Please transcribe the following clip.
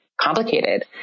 complicated